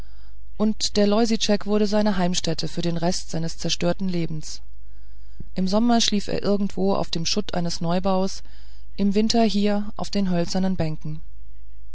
und der loisitschek wurde seine heimstätte für den rest seines zerstörten lebens im sommer schlief er irgendwo auf dem schutt eines neubaus im winter hier auf den hölzernen bänken